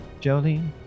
Jolene